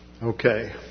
Okay